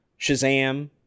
Shazam